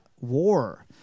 war